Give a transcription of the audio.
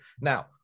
Now